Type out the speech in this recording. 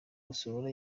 gusohora